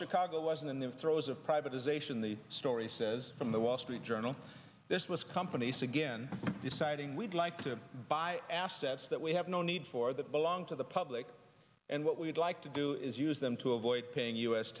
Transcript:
chicago was in the throes of privatization the story says from the wall street journal this was companies again deciding we'd like to buy assets that we have no need for that belong to the public and what we'd like to do is use them to avoid paying u